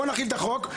בוא נחיל את החוק.